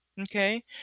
Okay